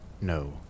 No